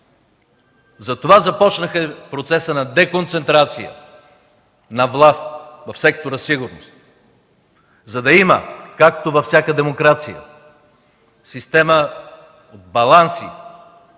Затова започнаха процеса на деконцентрация на власт в сектора „Сигурност“, за да има както във всяка демокрация система от баланси,